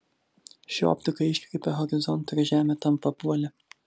ši optika iškreipia horizontą ir žemė tampa apvali